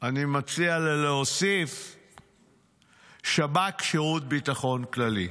אני מציע לה להוסיף שב"כ, שירות ביטחון כללי.